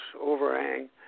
overhang